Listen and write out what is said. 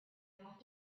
have